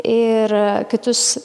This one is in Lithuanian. ir kitus